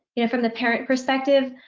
you know, from the parent perspective,